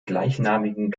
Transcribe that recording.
gleichnamigen